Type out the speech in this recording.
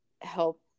help